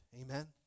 Amen